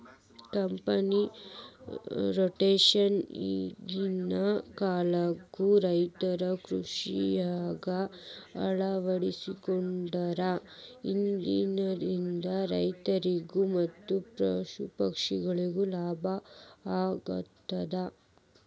crop rotation ಈಗಿನ ಕಾಲದಾಗು ರೈತರು ಕೃಷಿಯಾಗ ಅಳವಡಿಸಿಕೊಂಡಾರ ಇದರಿಂದ ರೈತರಿಗೂ ಮತ್ತ ಪರಿಸರಕ್ಕೂ ಲಾಭ ಆಗತದ